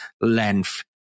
length